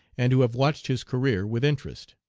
and who have watched his career with interest.